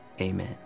Amen